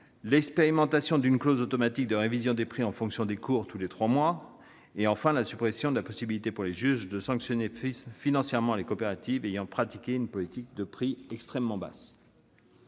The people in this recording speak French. l'expérimentation d'une clause automatique de révision des prix tous les trois mois, en fonction des cours ; la suppression de la possibilité pour les juges de sanctionner financièrement des coopératives ayant pratiqué une politique de prix extrêmement basse.